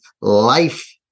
life